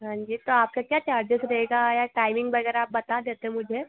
हाँ जी तो आपका क्या चार्जेस रहेगा या टाइमिंग वगैरह आप बता देते मुझे